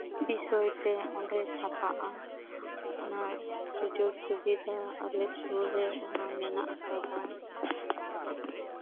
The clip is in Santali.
ᱵᱤᱥᱚᱭ ᱛᱮ ᱚᱸᱰᱮ ᱪᱷᱯᱟᱜ ᱟ ᱚᱱᱟ ᱥᱩᱡᱳᱜ ᱥᱩᱵᱤᱫᱷᱟ ᱟᱞᱮ ᱥᱳᱨ ᱨᱮ ᱢᱮᱱᱟᱜ ᱟᱠᱟᱫᱟ ᱟᱞᱮ ᱥᱳᱨ ᱨᱮ ᱚᱱᱟ ᱢᱮᱱᱟᱜ ᱟᱠᱟᱫᱟ